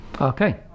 okay